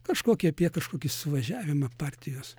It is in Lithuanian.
kažkokį apie kažkokį suvažiavimą partijos